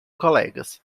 colegas